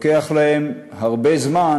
לוקח להם הרבה זמן